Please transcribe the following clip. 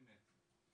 אמת.